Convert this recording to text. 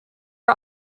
are